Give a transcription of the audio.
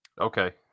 Okay